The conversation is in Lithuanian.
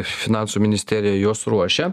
finansų ministerija juos ruošia